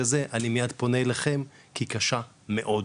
הזה אני מיד פונה אליכם כי היא קשה מאוד,